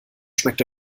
schmeckt